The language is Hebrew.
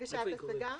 הגשת השגה.